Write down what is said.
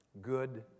good